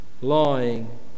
lying